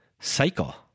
cycle